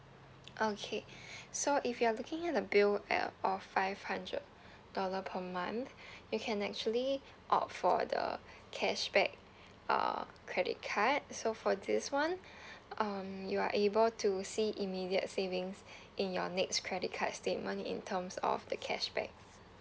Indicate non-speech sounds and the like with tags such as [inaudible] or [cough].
okay [breath] so if you are looking at the bill at of five hundred dollar per month [breath] you can actually opt for the cashback uh credit card so for this one [breath] um you are able to see immediate savings [breath] in your next credit card statement in terms of the cashback